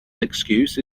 excuse